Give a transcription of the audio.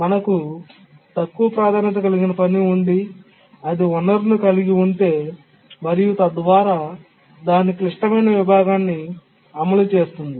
మనకు తక్కువ ప్రాధాన్యత కలిగిన పని ఉండి అది వనరును కలిగి ఉంటే మరియు తద్వారా దాని క్లిష్టమైన విభాగాన్ని అమలు చేస్తుంది